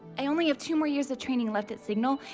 i only have two more years of training left at signal!